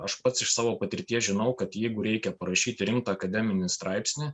aš pats iš savo patirties žinau kad jeigu reikia parašyti rimtą akademinį straipsnį